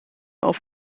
auf